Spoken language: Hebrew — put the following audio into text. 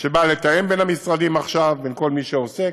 שבאה לתאם בין המשרדים עכשיו, בין כל מי שעוסק,